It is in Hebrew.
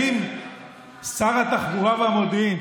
האם שר התחבורה והמודיעין,